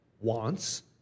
wants